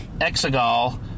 Exegol